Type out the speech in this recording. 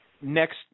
Next